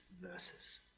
verses